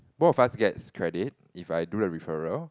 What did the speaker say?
both of us gets credit if I do a referral